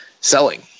selling